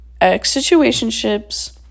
ex-situationships